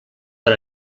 per